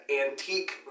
antique